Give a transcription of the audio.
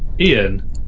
Ian